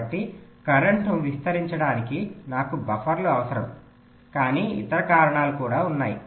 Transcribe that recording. కాబట్టి కరెంట్ను విస్తరించడానికి నాకు బఫర్లు అవసరం కానీ ఇతర కారణాలు కూడా ఉన్నాయి